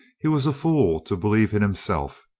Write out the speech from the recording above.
he was a fool to believe in himself.